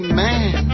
man